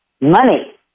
money